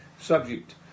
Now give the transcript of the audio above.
subject